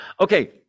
Okay